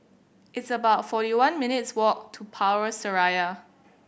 it's about forty one minutes' walk to Power Seraya